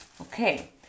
okay